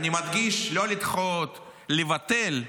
אני מדגיש: לא לדחות, לבטל.